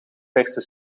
verse